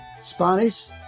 Spanish